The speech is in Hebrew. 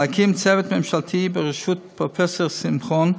להקים צוות ממשלתי בראשות פרופ' שמחון,